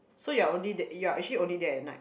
so you're only there you're actually only there at night